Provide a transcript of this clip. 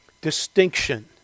distinction